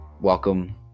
welcome